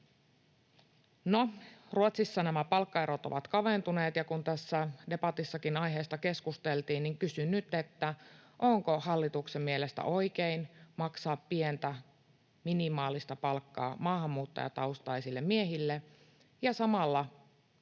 Ruotsissa nämä palkkaerot ovat kaventuneet, ja kun tässä debatissakin aiheesta keskusteltiin, niin kysyn nyt: Onko hallituksen mielestä oikein maksaa pientä, minimaalista palkkaa maahanmuuttajataustaisille miehille ja samalla